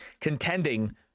contending